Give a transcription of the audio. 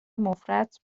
مفرط